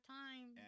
time